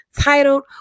titled